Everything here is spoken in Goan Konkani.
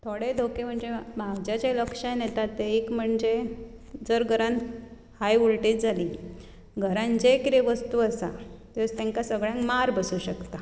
थोडे धोके म्हणजे म्हजे जें लक्षांत येता तें एक म्हणजे जर घरांत हाय वोलटेज जाली घरांत जें कितें वस्तू आसात त्योच तांकां सगळ्यांक मार बसूंक शकता